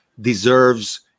deserves